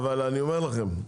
אומר לכם,